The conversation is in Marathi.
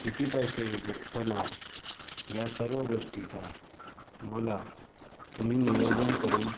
किती पैसे दे होणार या सर्व गोष्टींचा मला तुम्ही नियोजन करून